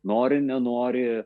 nori nenori